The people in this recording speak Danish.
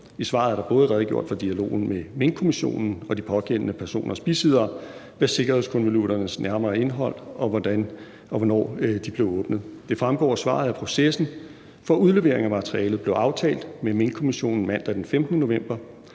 I svaret er der både redegjort for dialogen med Minkkommissionen og de pågældende personers bisiddere, sikkerhedskonvolutternes nærmere indhold, og hvordan og hvornår de blev åbnet. Det fremgår af svaret, at processen for udlevering af materialet blev aftalt med Minkkommissionen mandag den 15. november.